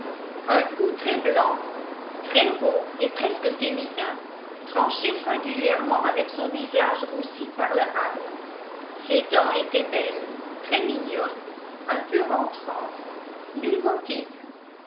un cou très blanc très rond et presque féminin tranchait singulièrement avec son visage roussi par le hâle ses dents étaient belles très mignonnes un peu rentrantes